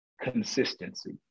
consistency